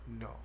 No